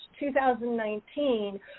2019